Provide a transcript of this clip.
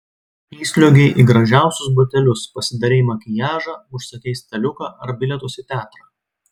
įsliuogei į gražiausius batelius pasidarei makiažą užsakei staliuką ar bilietus į teatrą